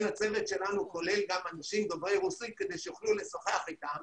הצוות שלנו כולל גם אנשים דוברי רוסית כדי שיוכלו לשוחח אתם,